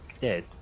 dead